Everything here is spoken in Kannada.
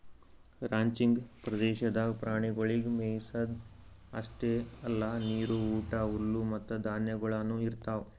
ರಾಂಚಿಂಗ್ ಪ್ರದೇಶದಾಗ್ ಪ್ರಾಣಿಗೊಳಿಗ್ ಮೆಯಿಸದ್ ಅಷ್ಟೆ ಅಲ್ಲಾ ನೀರು, ಊಟ, ಹುಲ್ಲು ಮತ್ತ ಧಾನ್ಯಗೊಳನು ಇರ್ತಾವ್